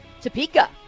Topeka